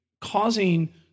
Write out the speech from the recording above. causing